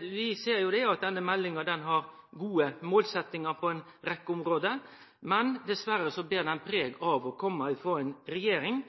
Vi ser at denne meldinga har gode målsetjingar på ei rekkje område, men dessverre ber ho preg av å kome frå ei regjering